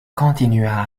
continua